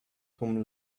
cum